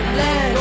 let